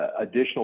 additional